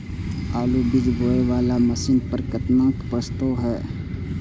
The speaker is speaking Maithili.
आलु बीज बोये वाला मशीन पर केतना के प्रस्ताव हय?